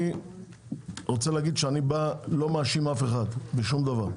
אני רוצה להגיד שאני לא מאשים אף אחד בשום דבר.